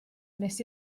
wnes